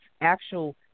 actual